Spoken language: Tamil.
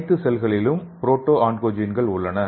அனைத்து செல்களிலும் புரோட்டோ ஆன்கோஜென்கள் உள்ளன